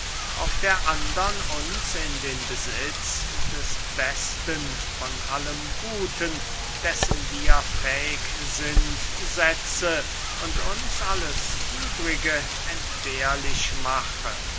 auf der andern uns in den besitz des besten von allem guten dessen wir fähig sind setze und uns alles übrige entbehrlich mache